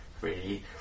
ready